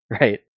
right